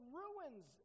ruins